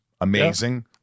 amazing